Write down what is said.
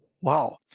Wow